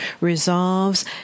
resolves